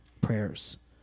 prayers